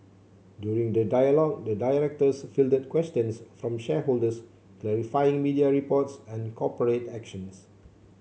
during the dialogue the directors fielded questions from shareholders clarifying media reports and corporate actions